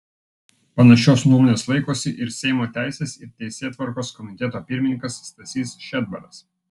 panašios nuomonės laikosi ir seimo teisės ir teisėtvarkos komiteto pirmininkas stasys šedbaras